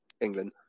England